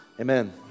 amen